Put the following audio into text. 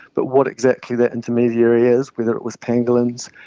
but what exactly that intermediary is, whether it was pangolins,